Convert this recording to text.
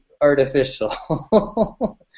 artificial